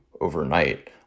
overnight